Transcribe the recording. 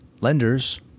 lenders